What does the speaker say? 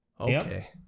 Okay